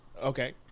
Okay